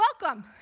welcome